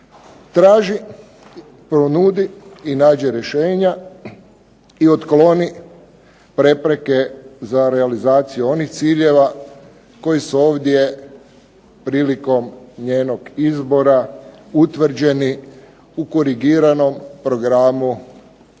traži, ponudi i nađe rješenja i otkloni prepreke za realizaciju onih ciljeva koji su ovdje prilikom njenog izbora utvrđeni u korigiranom progrmau